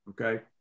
Okay